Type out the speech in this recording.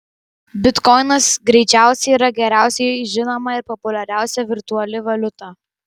bitkoinas greičiausiai yra geriausiai žinoma ir populiariausia virtuali valiuta